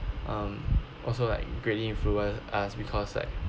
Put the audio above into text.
um also like greatly influenced us because like